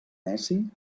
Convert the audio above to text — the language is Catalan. neci